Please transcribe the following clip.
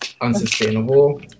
unsustainable